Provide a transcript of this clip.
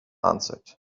answered